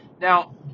Now